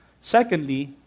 Secondly